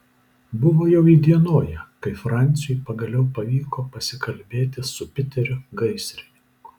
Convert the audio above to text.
buvo jau įdienoję kai franciui pagaliau pavyko pasikalbėti su piteriu gaisrininku